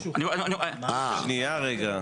שנייה רגע.